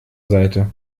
seite